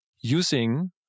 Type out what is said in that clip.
using